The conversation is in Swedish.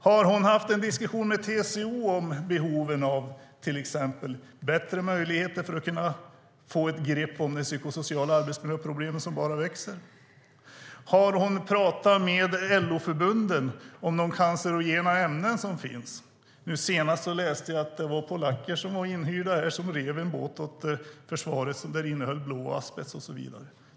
Har hon haft en diskussion med TCO om behovet av att få grepp om de psykosociala arbetsmiljöproblemen som bara ökar? Har hon pratat med LO-förbunden om de cancerogena ämnen som finns? Senast läste jag att det var polacker som var inhyrda och som rev en båt åt försvaret och som innehöll blå asbest och så vidare.